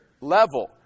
level